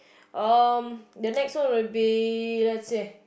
um the next one will be let's see